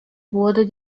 wurde